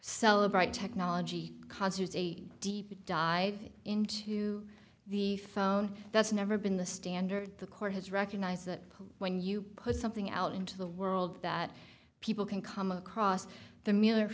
celebrate technology concerts a deep dive into the phone that's never been the standard the court has recognized that when you put something out into the world that people can come across the meal or